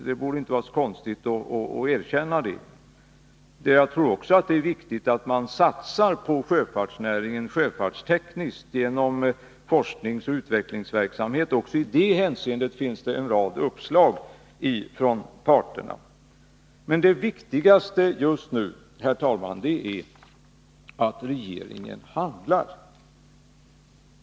Det borde inte vara så konstigt att erkänna detta. Jag tror också att det är viktigt att man satsar på sjöfartsnäringen sjöfartstekniskt genom forskningsoch utvecklingsverksamhet. Också i det hänseendet finns det en rad uppslag från parterna. Men det viktigaste just nu, herr talman, är att regeringen handlar.